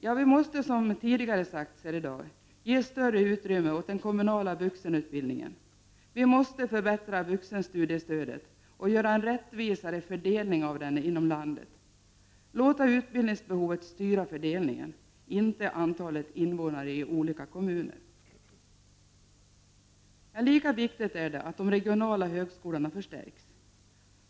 Jo, vi måste, som redan sagts här i dag, ge större utrymme åt den kommunala vuxenutbildningen. Vi måste förbättra vuxenstudiestödet och få en rättvisare fördelning av det inom landet — låta utbildningsbehovet styra fördelningen, inte antalet invånare i olika kommuner. Lika viktigt är det att de regionala högskolorna förstärks.